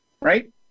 right